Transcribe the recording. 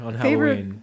favorite